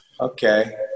Okay